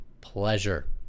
pleasure